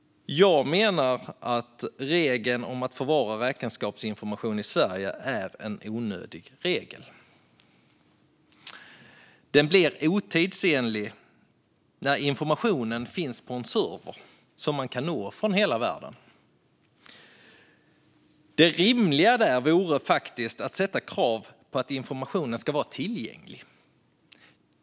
Jag menar att regeln om att förvara räkenskapsinformation i Sverige är en onödig regel. Den blir otidsenlig när informationen finns på en server som man kan nå från hela världen. Det rimliga vore att ställa krav på att informationen ska vara tillgänglig.